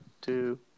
two